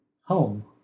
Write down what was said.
Home